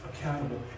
accountable